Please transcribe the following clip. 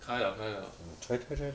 开了开了